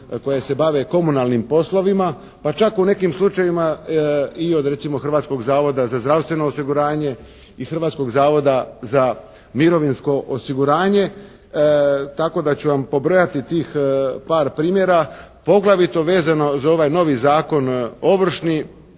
koje se bave komunalnim poslovima, pa čak u nekim slučajevima i od recimo Hrvatskog zavoda za zdravstveno osiguranje i Hrvatskog zavoda za mirovinsko osiguranje tako da ću vam pobrojati tih par primjera poglavito vezano za ovaj novi zakon ovršni.